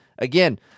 Again